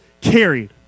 carried